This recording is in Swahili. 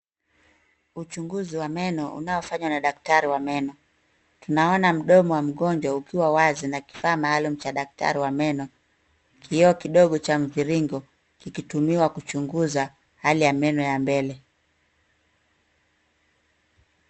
Uchunguzi wa meno unaofanywa na daktari wa meno. Tunaona mdomo wa mgonjwa ukiwa wazi na kifaa maalum cha daktari wa meno ,kioo kidogo cha mviringo kikitumiwa kuchunguza hali ya meno ya mbele.